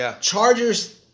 Chargers